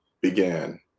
began